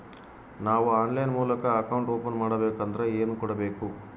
ನಾವು ಆನ್ಲೈನ್ ಮೂಲಕ account open ಮಾಡಬೇಂಕದ್ರ ಏನು ಕೊಡಬೇಕು?